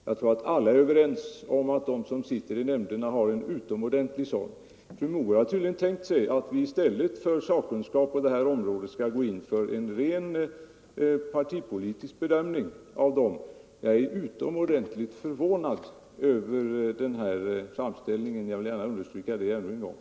Jag tror att alla är överens om att de som sitter i nämnderna har en utomordentlig sådan meritering. Fru Mogård har tydligen tänkt sig att vi i stället för en sakkunnig bedömning på detta område skall gå in för en partipolitisk bedömning av dessa ledamöter.